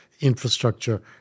infrastructure